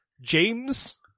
James